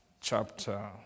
chapter